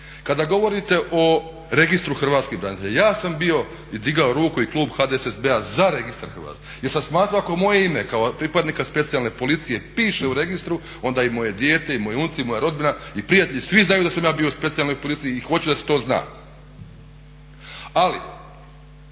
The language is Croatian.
kada govorite o Registru hrvatskih branitelja, ja sam digao ruku i klub HDSSB-a za registar jer sam smatrao ako moje ime kao pripadnika Specijalne policije piše u registru onda i moje dijete i moji unuci i moja rodbina i prijatelji i svi znaju da sam ja bio u Specijalnoj policiji i hoću da se to zna. Ali